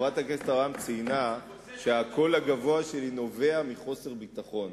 חברת הכנסת אברהם ציינה שהקול הגבוה שלי נובע מחוסר ביטחון.